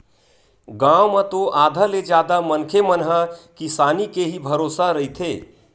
गाँव म तो आधा ले जादा मनखे मन ह किसानी के ही भरोसा रहिथे